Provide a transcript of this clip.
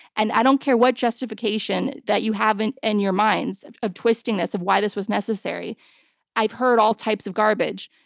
and i don't care what justification that you have in and your minds of of twisting this, of why this was necessary-i've heard all types of garbage.